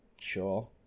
sure